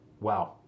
Wow